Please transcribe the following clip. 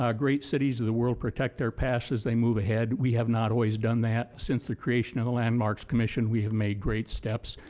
um great cities of the world protect their past as we move ahead. we have not always done that. since the creation of the landmarks commission we have made great steps.